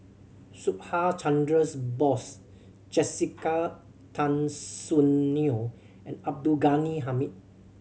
Subhas Chandra Bose Jessica Tan Soon Neo and Abdul Ghani Hamid